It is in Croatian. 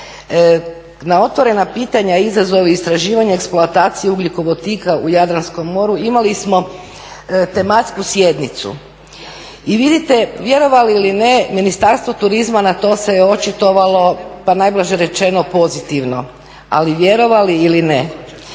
na otvorena pitanja izazovi i istraživanja eksploatacije ugljikovodika u Jadranskom moru imali smo tematsku sjednicu i vidite vjerovali ili ne Ministarstvo turizma na to se očitovalo pa najblaže rečeno pozitivno. Ali vjerovali ili ne